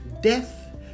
Death